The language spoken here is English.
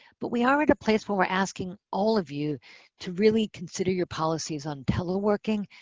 but we are at a place when we're asking all of you to really consider your policies on teleworking,